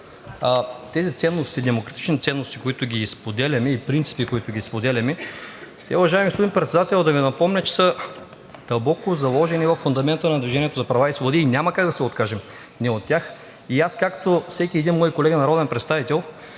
тези демократични ценности и принципи, които ги споделяме, уважаеми господин Председател, да Ви напомня, че са дълбоко заложени във фундамента на „Движение за права и свободи“ и няма как да се откажем от тях. Аз както всеки един мой колега народен представител